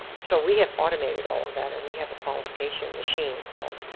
so we have automated all of that and we have a qualification machine, called,